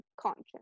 conscious